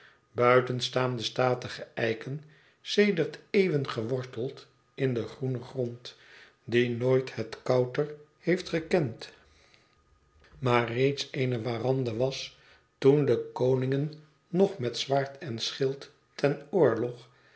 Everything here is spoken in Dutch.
staan de statige eiken sedert eeuwen geworteld in den groenen grond die nooit het kouter heeft gekend maar reeds eene warande was toen de koningen nog met zwaard en schild ten oorlog